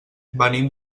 venim